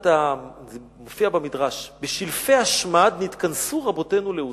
מופיע במדרש: "בשלפי השמד נתכנסו רבותינו לאושא".